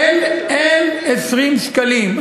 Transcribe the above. אין 20 שקלים.